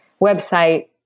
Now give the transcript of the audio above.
website